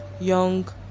young